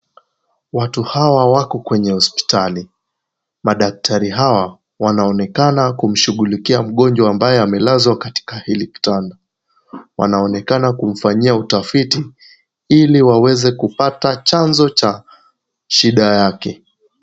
Watu hawa wako kwenye hospitali. Madaktari hawa wanaonekana kumshughulikia mgonjwa ambaye amelazwa katika hili kitanda, wanaonekana kumfanyia utafiti ili waweze kupata chanzo cha shida yake.